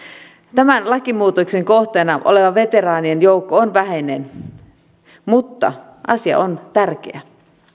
tämän lakimuutoksen kohteena oleva veteraanien joukko on vähäinen mutta asia on tärkeä